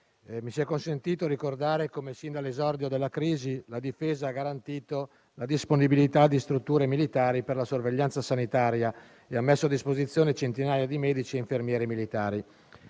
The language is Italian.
mi sia consentito ricordare come fin dall'esordio della crisi la Difesa ha garantito la disponibilità di strutture militari per la sorveglianza sanitaria e ha messo a disposizione centinaia di medici e infermieri militari;